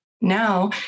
now